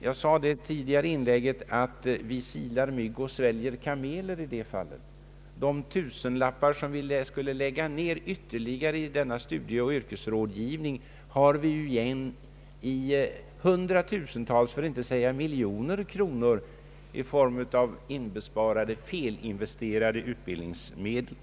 I mitt förra inlägg sade jag att vi silar mygg och sväljer kameler i det fallet. De tusenlappar ytterligare som vi skulle behöva lägga ned på studieoch yrkesrådgivning får vi ju igen i hundratusentals kronor för att inte säga miljoner kronor genom inbesparande av felinvesterade utbildningsmedel.